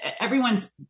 everyone's